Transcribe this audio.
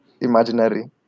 imaginary